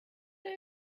are